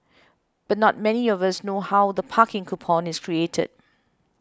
but not many of us know how the parking coupon is created